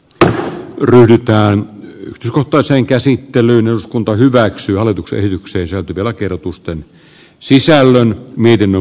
tämä ylittää toisen käsittelyn eduskunta hyväksyy alkukehitykseensä vielä kerro pustan sisällön mietinnön